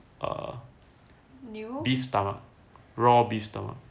err beef stomach raw beef stomach